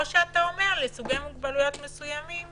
או אתה אומר לסוגי מוגבלויות מסוימים